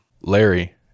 Larry